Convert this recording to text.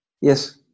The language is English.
Yes